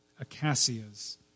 Acacias